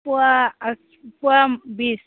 फवा फवा बिस